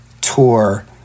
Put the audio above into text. tour